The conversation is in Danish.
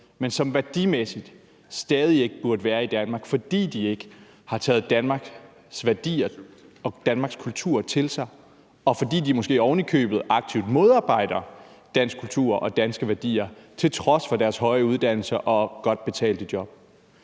men som værdimæssigt stadig ikke burde være i Danmark, fordi de ikke har taget Danmarks værdier og Danmarks kultur til sig – og fordi de måske ovenikøbet aktivt modarbejder dansk kultur og danske værdier, til trods for deres høje uddannelser og godt betalte job?